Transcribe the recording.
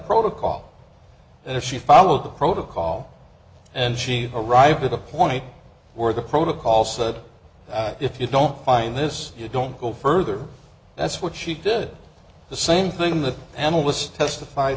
protocol and she followed the protocol and she arrived at a point where the protocol said if you don't find this you don't go further that's what she did the same thing that analysts testif